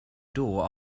door